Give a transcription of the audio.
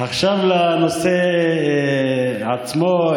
עכשיו לנושא עצמו.